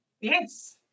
Yes